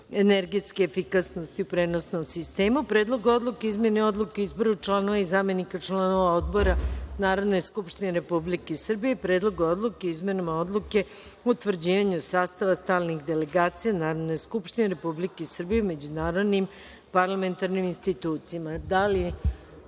energetske efikasnosti u prenosnom sistemu), Predlogu odluke o izmeni Odluke o izboru članova i zamenika članova Odbora Narodne skupštine Republike Srbije i Predlogu Odluke o izmenama Odluke o utvrđivanju sastava stalnih delegacija Narodne skupštine Republike Srbije u međunarodnim parlamentarnim institucijama. Da